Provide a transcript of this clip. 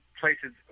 places